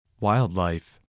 Wildlife